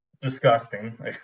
disgusting